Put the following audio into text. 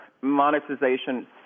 Monetization